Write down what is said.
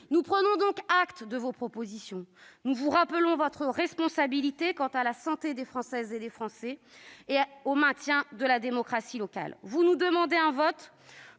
Nous prenons acte de vos propositions ; nous vous rappelons votre responsabilité à l'égard de la santé des Françaises et des Français et du maintien de la démocratie locale. Vous nous demandez